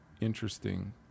interesting